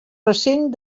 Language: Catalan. recents